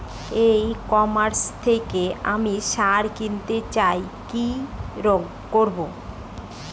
ই commerce থেকে আমি সার কিনতে চাই কি করব?